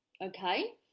okay